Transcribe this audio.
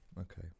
okay